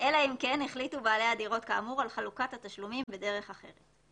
כן החליטו בעלי הדירות כאמור על חלוקת התשלומים בדרך אחרת.